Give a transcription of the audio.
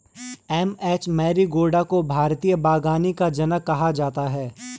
M H Marigowda को भारतीय बागवानी का जनक कहा जाता है